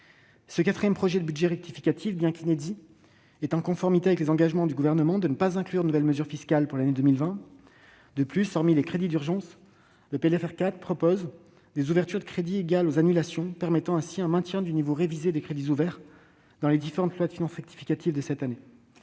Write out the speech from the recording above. Ce quatrième projet de budget rectificatif, bien qu'inédit, est en conformité avec les engagements du Gouvernement de ne pas inclure de nouvelles mesures fiscales pour l'année 2020. De plus, hormis les crédits d'urgence, il prévoit des ouvertures de crédits égales aux annulations, permettant ainsi un maintien du niveau révisé des crédits ouverts dans les différentes lois de finances rectificatives de cette année.